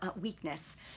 weakness